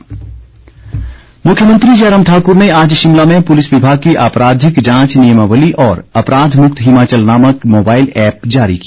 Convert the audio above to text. मुख्यमंत्री मुख्यमंत्री जयराम ठाकुर ने आज शिमला में पुलिस विभाग की आपराधिक जांच नियमावली और अपराध मुक्त हिमाचल नामक मोबाईल ऐप्प जारी की